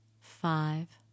Five